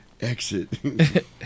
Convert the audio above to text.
exit